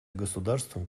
государством